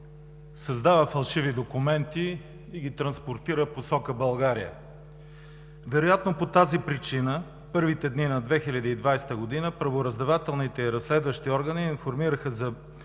създава фалшиви документи и ги транспортира в посока България. Вероятно по тази причина в първите дни на 2020 г. правораздавателните и разследващи органи информираха за